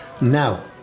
Now